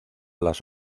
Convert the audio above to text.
las